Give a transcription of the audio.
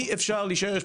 אי אפשר להישאר במקום,